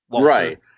right